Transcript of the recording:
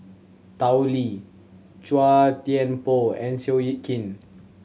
Tao Li Chua Thian Poh and Seow Yit Kin